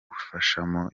gufashamo